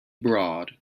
broad